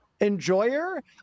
enjoyer